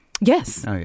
Yes